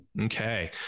Okay